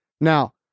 Now